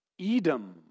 Edom